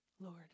Lord